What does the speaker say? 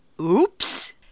oops